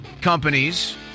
Companies